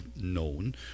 known